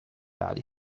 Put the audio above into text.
ali